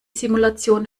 simulation